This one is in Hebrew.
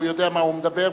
הוא יודע מה הוא מדבר,